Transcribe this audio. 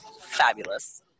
Fabulous